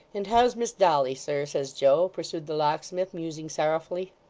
and how's miss dolly, sir? says joe pursued the locksmith, musing sorrowfully,